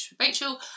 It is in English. Rachel